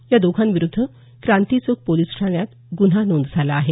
या दोघांविरूद्ध क्रांती चौक पोलिस ठाण्यात गुन्हा नोंद झाला आहे